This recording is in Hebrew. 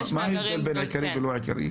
מה ההבדל בין עיקרי ללא עיקרי?